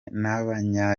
n’abanya